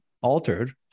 altered